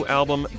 album